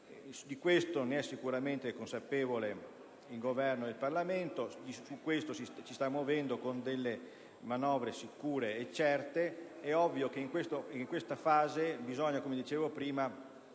Di ciò sono sicuramente consapevoli il Governo e il Parlamento e su questo ci stiamo muovendo con delle manovre sicure e certe. È ovvio che in questa fase bisogna, come dicevo prima,